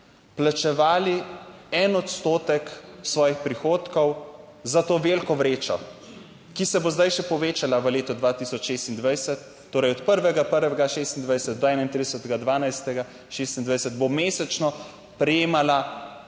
plačevali en odstotek svojih prihodkov za to veliko vrečo, ki se bo zdaj še povečala v letu 2026, torej od 1. 1.26 do 31. 12. **125. TRAK: